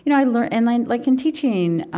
you know i learned and like like in teaching,